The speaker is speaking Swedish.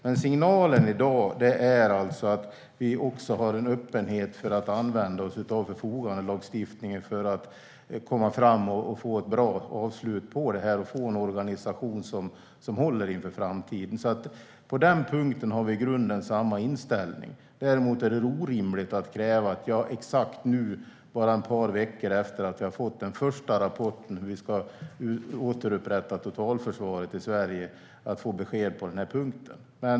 Men signalen i dag är alltså att vi har en öppenhet för att använda oss av förfogandelagstiftningen för att det ska bli ett bra avslut på detta och för att få en organisation som håller inför framtiden. På den punkten har vi i grunden samma inställning. Däremot är det orimligt att kräva att jag exakt nu, bara ett par veckor efter det att jag har fått den första rapporten om återupprättande av totalförsvaret i Sverige, ska kunna lämna besked på den punkten.